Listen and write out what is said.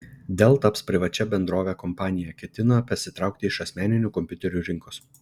dell taps privačia bendrove kompanija ketina pasitraukti iš asmeninių kompiuterių rinkos